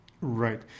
Right